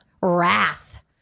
Wrath